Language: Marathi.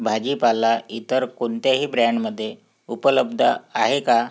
भाजीपाला इतर कोणत्याही ब्रँडमध्ये उपलब्ध आहे का